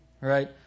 Right